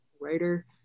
writer